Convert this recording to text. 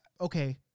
okay